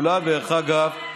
כולה, דרך אגב,